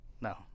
No